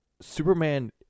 Superman